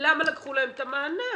למה לקחו להם את המענק.